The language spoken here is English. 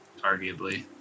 arguably